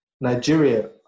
Nigeria